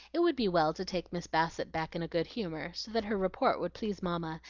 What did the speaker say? it would be well to take miss bassett back in a good humor, so that her report would please mamma,